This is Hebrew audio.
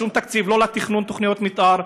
שום תקציב: לא לתכנון תוכניות מתאר,